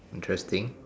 interesting